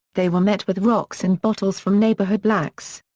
they were met with rocks and bottles from neighborhood blacks.